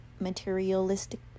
materialistic